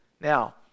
Now